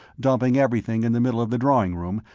dumping everything in the middle of the drawing room,